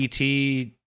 ET